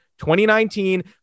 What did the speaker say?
2019